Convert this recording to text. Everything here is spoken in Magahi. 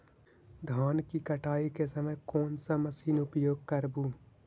धान की कटाई के समय कोन सा मशीन उपयोग करबू?